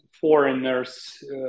foreigners